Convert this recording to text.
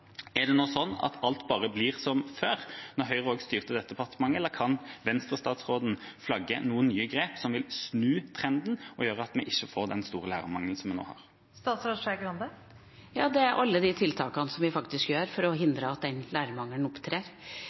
Er det nå slik at alt bare blir som før, da Høyre styrte dette departementet, eller kan Venstre-statsråden flagge noen nye grep som vil snu trenden og gjøre at vi ikke får den store lærermangelen som vi nå har? Ja, det er alle de tiltakene som vi faktisk gjør for å hindre at den lærermangelen